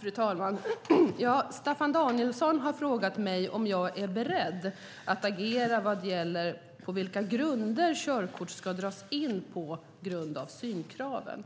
Fru talman! Staffan Danielsson har frågat mig om jag är beredd att agera vad gäller på vilka grunder körkort ska dras in på grund av synkraven.